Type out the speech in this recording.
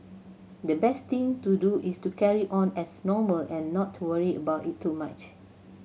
the best thing to do is to carry on as normal and not to worry about it too much